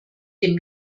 dem